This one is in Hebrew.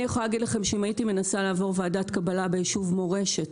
אני יכולה להגיד לכם שאם הייתי מנסה לעבור ועדת קבלה ביישוב מורשת,